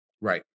Right